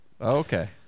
Okay